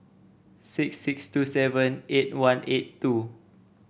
six six two seven eight one eight two